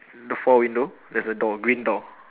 the four window there's a door green door